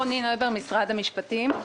רני נויבואר, משרד המשפטים.